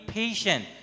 patient